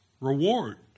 reward